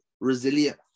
resilient